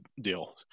deal